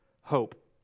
hope